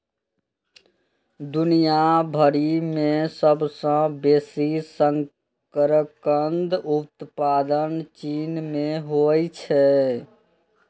दुनिया भरि मे सबसं बेसी शकरकंदक उत्पादन चीन मे होइ छै